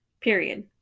Period